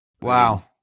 Wow